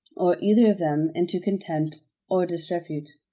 or either of them into contempt or disrepute.